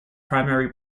primary